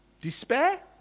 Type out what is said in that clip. Despair